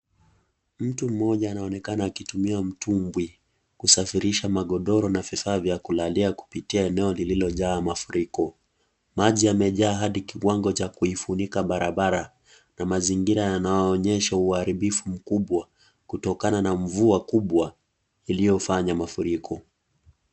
Mtu mmoja anaonekana akitumia mtumbwi kusafirisha magodoro na vifaa vya kulalia kupitia eneo lililojaa mafuriko, maji yamejaa hadi kiwango cha kuifunika barabara, na mazingira yanayoonyesha uharibifu mkubwa kutokana na mvua kubwa iliyofanya mafuriko.